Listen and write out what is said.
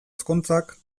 ezkontzak